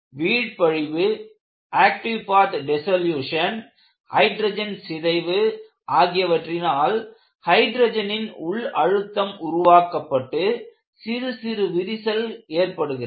வீழ் படிவு active path dissolution hydrogen சிதைவு ஆகியவற்றினால் ஹைட்ரஜனின் உள் அழுத்தம் உருவாக்கப்பட்டு சிறு சிறு விரிசல் ஏற்படுகிறது